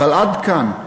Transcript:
אבל עד כאן.